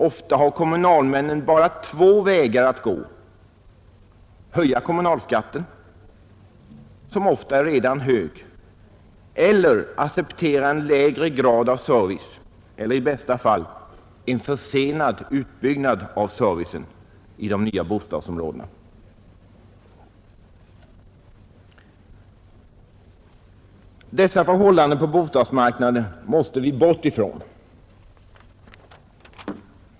Ofta har kommunalmännen bara två vägar att gå: höja kommunalskatten, som ofta redan är hög, eller acceptera en lägre grad av service — eller i bästa fall en försenad utbyggnad av servicen — i de nya bostadsområdena. Dessa förhållanden på bostadsmarknaden måste vi bort ifrån.